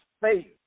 faith